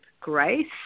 Grace